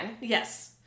Yes